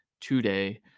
today